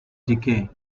decay